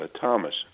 Thomas